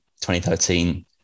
2013